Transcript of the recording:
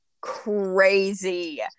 crazy